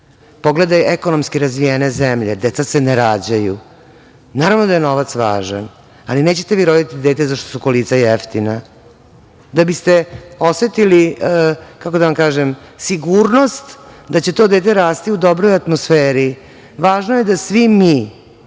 Pogledajte ekonomski razvijene zemlje, deca se ne rađaju. Naravno da je novac važan, ali nećete vi roditi dete zato što su kolica jeftina. Da biste osetili, kako da vam kažem, sigurnost da će to dete rasti u dobroj atmosferi važno je da svi mi